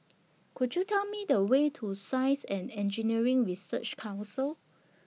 Could YOU Tell Me The Way to Science and Engineering Research Council